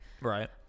Right